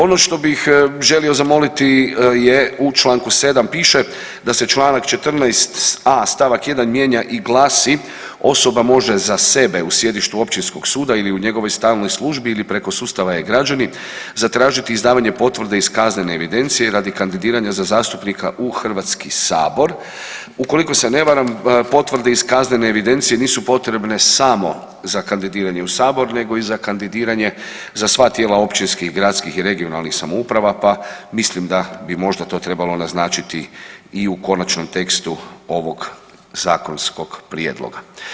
Ono što bih želio zamoliti je u čl. 7. piše da se čl. 14.a st. 1. mijenja i glasi, „Osoba može za sebe u sjedištu općinskog suda ili u njegovoj stalnoj službi ili preko sustava e-Građani zatražiti izdavanje potvrde iz kaznene evidencije radi kandidiranja za zastupnika u HS.“ Ukoliko se ne varam potvrde iz kaznene evidencije nisu potrebne samo za kandidiranje u sabor nego i za kandidiranje za sva tijela općinskih, gradskih i regionalnih samouprava pa mislim da bi možda to trebalo naznačiti i u konačnom tekstu ovog zakonskog prijedloga.